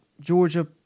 Georgia